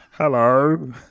Hello